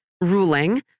ruling